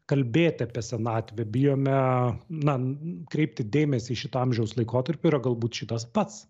kalbėt apie senatvę bijome na kreipti dėmesį šito amžiaus laikotarpį yra galbūt šitas pats